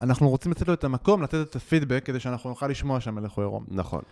אנחנו רוצים לתת לו את המקום, לתת לו את הפידבק, כדי שאנחנו נוכל לשמוע שהמלך הוא ערום. נכון.